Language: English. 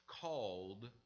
called